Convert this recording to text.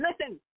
listen